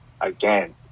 again